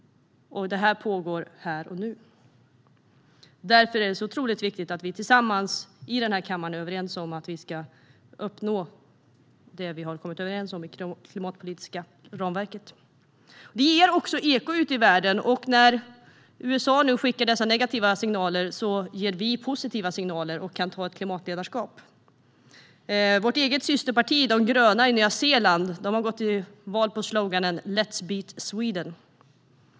Detta pågår här och nu. Därför är det så otroligt viktigt att vi i denna kammare är överens om att vi ska uppnå det vi har enats om i det klimatpolitiska ramverket. Detta ger också eko ute i världen. När USA nu skickar dessa negativa signaler ger vi positiva signaler och kan ta ett klimatledarskap. Vårt eget systerparti, de gröna i Nya Zeeland, har gått till val på sloganen "Let's beat Sweden".